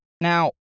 Now